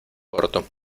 corto